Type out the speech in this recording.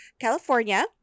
California